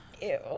Ew